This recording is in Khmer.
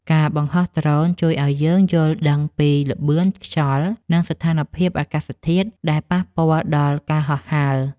ការបង្ហោះដ្រូនជួយឱ្យយើងយល់ដឹងពីល្បឿនខ្យល់ និងស្ថានភាពអាកាសធាតុដែលប៉ះពាល់ដល់ការហោះហើរ។